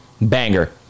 banger